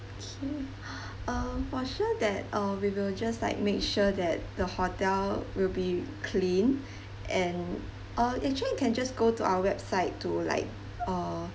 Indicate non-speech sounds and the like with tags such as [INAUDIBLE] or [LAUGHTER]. K [BREATH] um for sure that uh we will just like make sure that the hotel will be clean and uh actually you can just go to our website to like uh